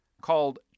called